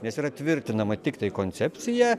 nes yra tvirtinama tiktai koncepcija